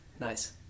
Nice